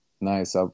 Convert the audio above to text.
Nice